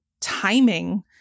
timing